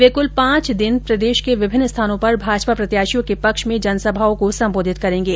वे कृल पांच दिन प्रदेश के विभिन्न स्थानों पर भाजपा प्रत्याशियों के पक्ष में जनसभाओं को सम्बोधित करेंगे